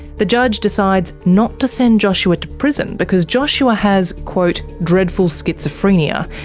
the judge decides not to send joshua to prison because joshua has quote dreadful schizophrenia,